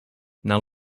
now